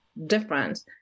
different